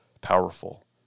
powerful